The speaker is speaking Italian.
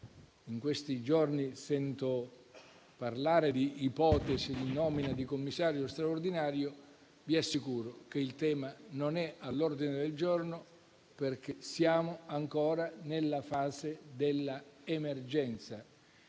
In questi giorni sento parlare di ipotesi di nomina di un commissario straordinario, ma vi assicuro che il tema non è all'ordine del giorno perché siamo ancora nella fase della emergenza,